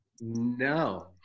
no